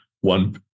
one